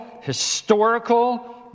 historical